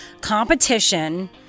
competition